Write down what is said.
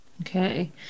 okay